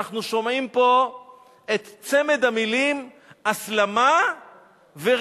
אנחנו שומעים פה את צמד המלים הסלמה ורגיעה,